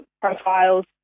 profiles